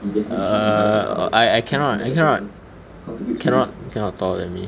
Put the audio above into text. err I I cannot I cannot cannot cannot taller than me